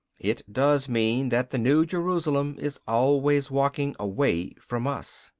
it does mean that the new jerusalem is always walking away from us.